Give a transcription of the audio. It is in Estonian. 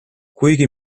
kuigi